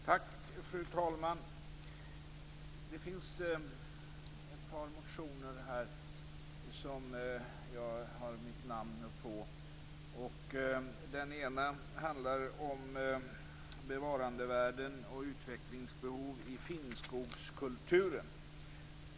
Fru talman! Det finns ett par motioner som jag har mitt namn under. Den ena handlar om bevarandevärden och utvecklingsbehov i finnskogskulturen.